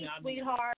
sweetheart